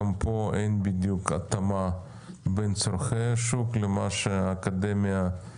גם פה אין בדיוק התאמה בין צורכי השוק לבין מה שמייצרת האקדמיה.